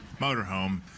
motorhome